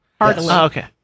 Okay